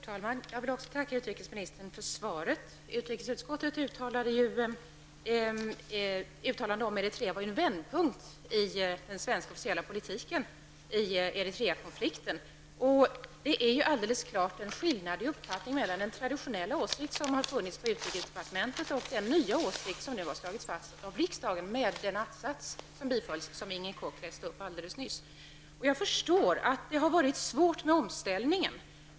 Herr talman! Jag vill också tacka utrikesministern för svaret. Utrikesutskottets uttalande om Eritrea var en vändpunkt i den svenska officiella politiken när det gäller Eritreakonflikten. Det föreligger helt klart en skillnad i uppfattning mellan den traditionella åsikt som har funnits på utrikesdepartementet och den nya åsikt som nu har slagits fast av riksdagen med den att-sats som bifölls och som Inger Koch läste upp alldeles nyss. Jag förstår att det har varit svårt med omställningen.